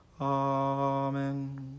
Amen